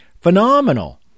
phenomenal